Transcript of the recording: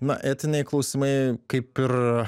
na etiniai klausimai kaip ir